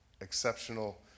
exceptional